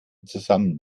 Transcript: zusammen